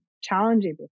challenging